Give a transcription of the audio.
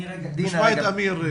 נשמע את אמיר.